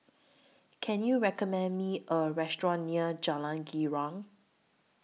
Can YOU recommend Me A Restaurant near Jalan Girang